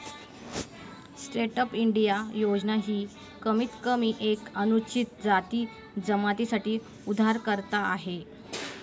stand up India योजना ही कमीत कमी एक अनुसूचित जाती जमाती साठी उधारकर्ता आहे